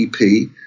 EP